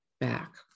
back